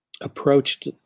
approached